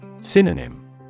Synonym